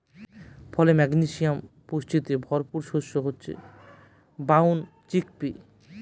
ফলে, ম্যাগনেসিয়াম পুষ্টিতে ভরপুর শস্য হচ্ছে ব্রাউন চিকপি